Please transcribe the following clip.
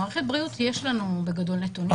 במערכת הבריאות יש לנו, בגדול, נתונים.